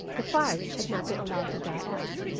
the fire which had not been allowed to die out,